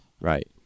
Right